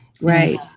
Right